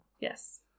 Yes